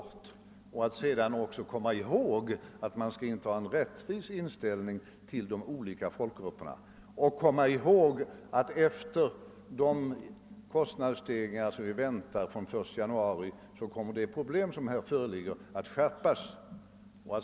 Regeringen skall också komma ihåg, att man skall inta en rättvis inställning till de olika folkgrupperna och att efter de kostnadsstegringar som vi väntar efter den 1 januari kommer olägenheterna i fråga om de problem som här föreligger att skärpas.